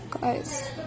guys